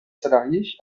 salariés